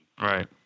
right